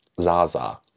Zaza